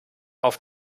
auf